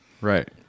Right